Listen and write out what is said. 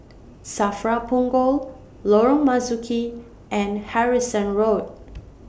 SAFRA Punggol Lorong Marzuki and Harrison Road